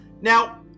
Now